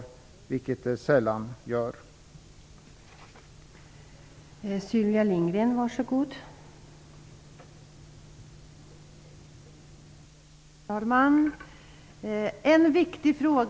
Det finns dock sällan något kvar.